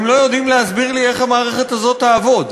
לא יודעים להסביר לי איך המערכת הזאת תעבוד.